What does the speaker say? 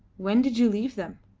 when did you leave them?